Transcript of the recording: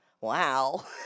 Wow